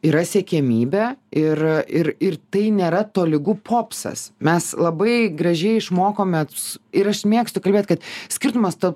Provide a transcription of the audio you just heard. yra siekiamybė ir ir ir tai nėra tolygu popsas mes labai gražiai išmokome ir aš mėgstu kalbėt kad skirtumas tarp